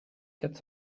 quatre